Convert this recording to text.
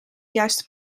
juiste